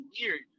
weird